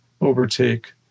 overtake